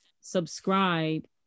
subscribe